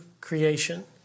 creation